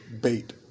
bait